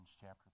chapter